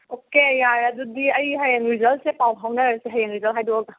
okay ꯌꯥꯔꯦ ꯑꯗꯨꯗꯤ ꯑꯩ ꯍꯌꯦꯡ ꯔꯤꯖꯜꯁꯦ ꯄꯥꯎ ꯐꯥꯎꯅꯔꯁꯦ ꯍꯌꯦꯡ ꯔꯤꯖꯜ ꯍꯥꯏꯗꯣꯛꯑꯒ